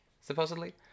supposedly